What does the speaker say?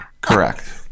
correct